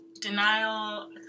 denial